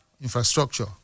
infrastructure